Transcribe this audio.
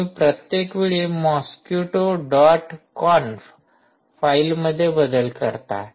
तुम्ही प्रत्येक वेळी मॉस्किटो डॉट कॉन्फ फाईलमध्ये बदल करता